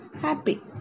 happy